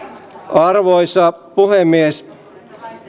arvoisa puhemies